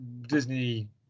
Disney